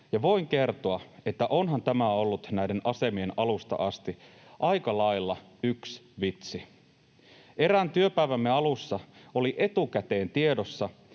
voin kertoa, että onhan tämä ollut näiden asemien alusta asti aika lailla yks vitsi. Erään työpäivämme alussa oli etukäteen tiedossa,